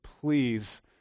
please